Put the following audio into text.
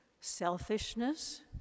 selfishness